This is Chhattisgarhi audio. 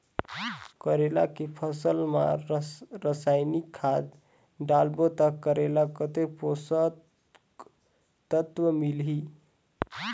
करेला के फसल मा रसायनिक खाद डालबो ता करेला कतेक पोषक तत्व मिलही?